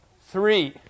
Three